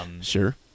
Sure